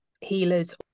healers